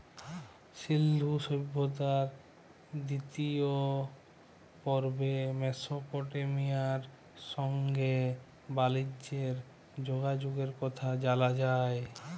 সিল্ধু সভ্যতার দিতিয় পর্বে মেসপটেমিয়ার সংগে বালিজ্যের যগাযগের কথা জালা যায়